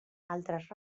altres